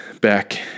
back